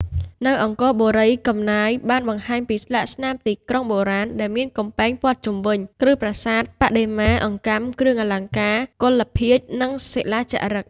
នៅអង្គរបុរី កំណាយបានបង្ហាញពីស្លាកស្នាមទីក្រុងបុរាណដែលមានកំពែងព័ទ្ធជុំវិញ គ្រឹះប្រាសាទ បដិមា អង្កាំ គ្រឿងអលង្ការ កុលាលភាជន៍ និងសិលាចារឹក។